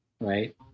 Right